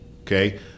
okay